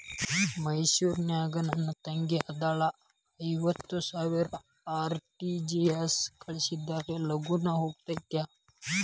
ಮೈಸೂರ್ ನಾಗ ನನ್ ತಂಗಿ ಅದಾಳ ಐವತ್ ಸಾವಿರ ಆರ್.ಟಿ.ಜಿ.ಎಸ್ ಕಳ್ಸಿದ್ರಾ ಲಗೂನ ಹೋಗತೈತ?